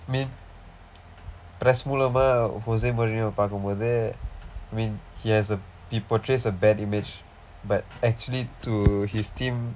mean press மூலமா:mulamaa eh பார்க்கும்போது:paarkkumpoothu I mean he has he portrays a bad image but actually to his team